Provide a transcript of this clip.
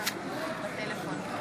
נגד יפעת שאשא ביטון,